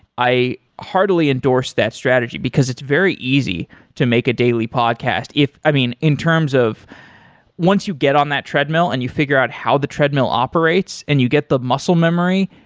i heartily endorse that strategy, because it's very easy to make a daily podcast if i mean, in terms of once you get on that treadmill and you figure out how the treadmill operates and you get the muscle memory,